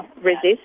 resist